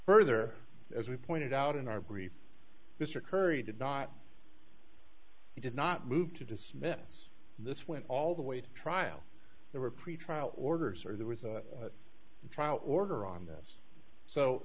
further as we pointed out in our grief mr curry did not he did not move to dismiss this went all the way to trial there were pretrial orders or there was a trial order on this so